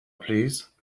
please